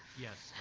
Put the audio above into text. yes.